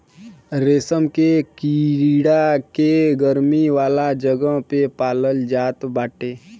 रेशम के कीड़ा के गरमी वाला जगह पे पालाल जात बाटे